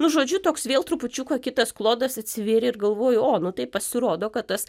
nu žodžiu toks vėl trupučiuką kitas klodas atsivėrė ir galvoju o nu tai pasirodo kad tas